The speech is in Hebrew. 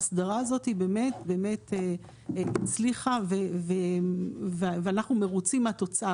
האסדרה הזאת באמת-באמת הצליחה ואנחנו מרוצים מהתוצר".